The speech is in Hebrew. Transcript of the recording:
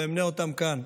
אמנה אותם כאן,